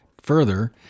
further